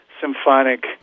symphonic